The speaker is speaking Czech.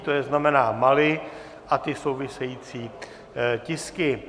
To znamená Mali a ty související tisky.